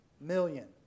million